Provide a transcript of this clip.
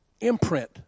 Imprint